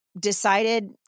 decided